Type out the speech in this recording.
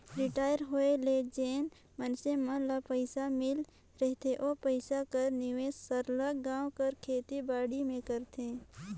retire होए ले जेन मइनसे मन ल पइसा मिल रहथे ओ पइसा कर निवेस सरलग गाँव कर खेती बाड़ी में करथे